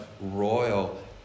royal